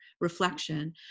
reflection